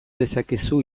dezakezu